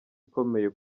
ikomeye